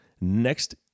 next